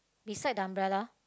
beside the umbrella